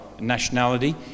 nationality